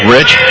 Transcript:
Rich